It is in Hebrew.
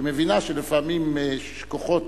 שמבינה שלפעמים כוחות